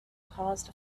caused